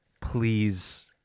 please